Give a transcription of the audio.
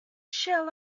shall